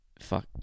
fuck